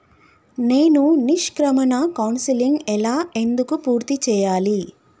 నేను నిష్క్రమణ కౌన్సెలింగ్ ఎలా ఎందుకు పూర్తి చేయాలి?